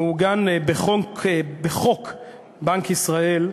מעוגן בחוק בנק ישראל.